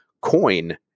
coin